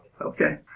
Okay